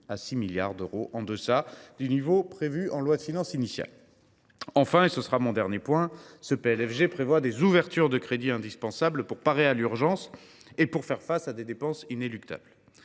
à 6 milliards d’euros en deçà du niveau prévu en loi de finances initiale. Enfin, ce PLFG prévoit des ouvertures de crédits indispensables pour parer à l’urgence et pour faire face à des dépenses inéluctables.